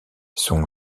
son